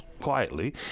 quietly